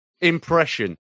impression